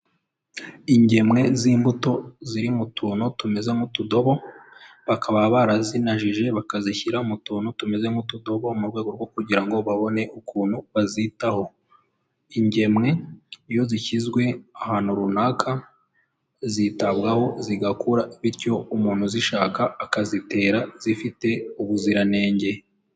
Ingemwe z'imbuto ziri mu tuntu tumeze nk'utudobo, bakaba barazinajije bakazishyira mu tuntu tumeze nk'utudobo mu rwego rwo kugira ngo babone ukuntu bazitaho. Ingemwe iyo zishyizwe ahantu runaka zitabwaho, zigakura bityo umuntu uzishaka akazitera zifite ubuziranenge.